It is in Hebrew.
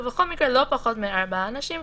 ובכל מקרה לא פחות מארבעה אנשים.